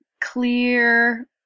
clear